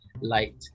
light